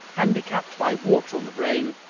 handicapped by water on the brain,